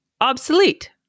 obsolete